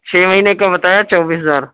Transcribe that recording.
چھ مہینے کا بتایا چوبیس ہزار